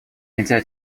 нельзя